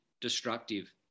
destructive